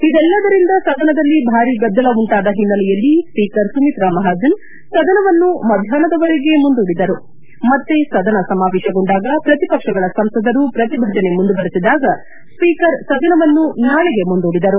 ಇದೆಲ್ಲದರಿಂದ ಸದನದಲ್ಲಿ ಭಾರಿ ಗದ್ದಲ ಉಂಟಾದ ಹಿನ್ನೆಲೆಯಲ್ಲಿ ಸ್ವೀಕರ್ ಸುಮಿತ್ತಾ ಮಹಾಜನ್ ಸದನವನ್ನು ಮಧ್ಯಾಪ್ನದವರೆಗೆ ಮುಂದೂಡಿದರು ಮತ್ತೆ ಸದನ ಸಮಾವೇಶಗೊಂಡಾಗ ಪ್ರತಿಪಕ್ಷಗಳ ಸಂಸದರು ಪ್ರತಿಭಟನೆ ಮುಂದುವರೆಸಿದಾಗ ಸ್ವೀಕರ್ ಸದನವನ್ನು ನಾಳೆಗೆ ಮುಂದೂಡಿದರು